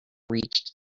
reached